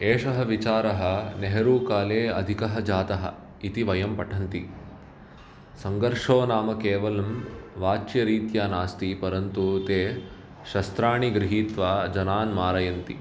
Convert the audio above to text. एषः विचारः नेहरूकाले अधिकः जातः इति वयं पठन्ति सङ्घर्षो नाम केवल वाच्यरीत्या नास्ति परन्तु ते शस्त्राणि गृहीत्वा जनान् मारयन्ति